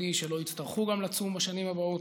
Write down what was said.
ותקוותי שלא יצטרכו גם לצום בשנים הבאות,